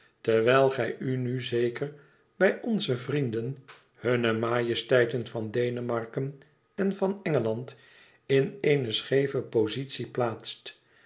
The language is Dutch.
terwijl gij u nu zeker bij onze vrienden hunne majessteiten van denemarken en van engeland in eene scheeve pozitie plaatst